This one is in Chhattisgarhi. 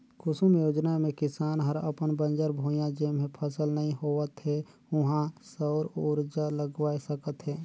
कुसुम योजना मे किसान हर अपन बंजर भुइयां जेम्हे फसल नइ होवत हे उहां सउर उरजा लगवाये सकत हे